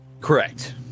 Correct